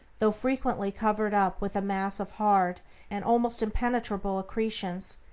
though frequently covered up with a mass of hard and almost impenetrable accretions,